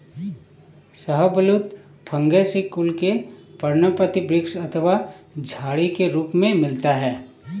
शाहबलूत फैगेसी कुल के पर्णपाती वृक्ष अथवा झाड़ी के रूप में मिलता है